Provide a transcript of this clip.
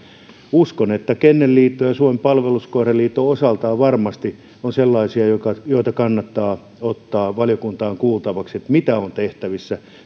uskon että kennelliitto ja suomen palveluskoiraliitto osaltaan varmasti ovat sellaisia joita joita kannattaa ottaa valiokuntaan kuultavaksi että mitä on tehtävissä